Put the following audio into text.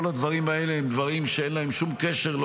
כל הדברים האלה הם דברים שאין להם שום קשר לא